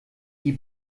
die